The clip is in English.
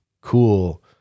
cool